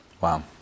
wow